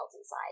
inside